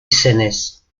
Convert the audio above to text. izenez